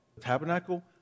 tabernacle